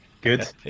Good